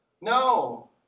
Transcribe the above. No